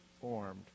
formed